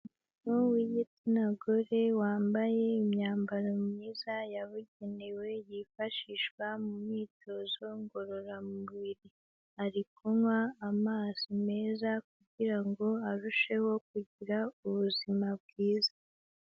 Umuntu w'igitsina gore, wambaye imyambaro myiza yabugenewe yifashishwa mu myitozo ngororamubiri. Ari kunywa amazi meza, kugira ngo arusheho kugira ubuzima bwiza.